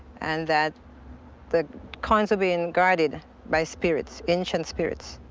and that the coins are being guarded by spirits, ancient spirits.